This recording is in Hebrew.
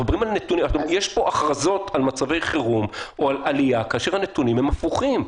יש פה הכרזות על מצבי חירום או על עלייה כאשר הנתונים הם הפוכים.